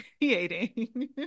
creating